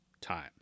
time